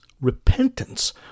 repentance